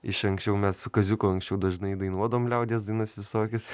iš anksčiau mes su kaziuku anksčiau dažnai dainuodavom liaudies dainas visokias